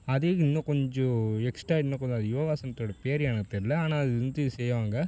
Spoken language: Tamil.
அதே இன்னும் கொஞ்சம் எக்ஸ்ட்டா இன்னும் கொஞ்சம் அது யோகாசனத்தோடய பேர் எனக்கு தெரியல ஆனால் அது வந்து செய்வாங்க